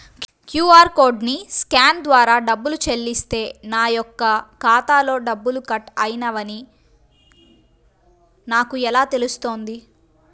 QR కోడ్ని scan ద్వారా డబ్బులు చెల్లిస్తే నా యొక్క ఖాతాలో డబ్బులు కట్ అయినవి అని నాకు ఎలా తెలుస్తుంది?